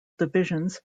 divisions